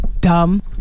dumb